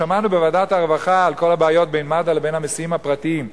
כבר שמענו בוועדת הרווחה על כל הבעיות בין מד"א לבין המסיעים הפרטיים.